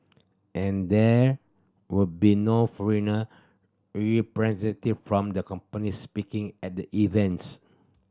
and there would be no foreigner representative from the company speaking at the events